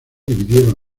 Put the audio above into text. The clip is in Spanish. dividieron